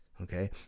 Okay